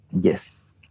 Yes